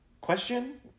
question